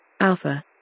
Alpha